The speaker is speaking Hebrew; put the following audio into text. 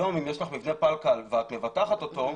אם יש לך מבנה פלקל היום ואת מבטחת אותו,